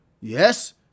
Yes